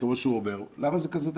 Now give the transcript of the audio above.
כמו שהוא אומר למה זה כזה דחוף?